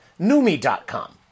Numi.com